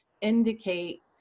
indicate